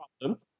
problem